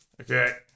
Okay